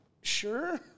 Sure